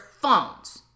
phones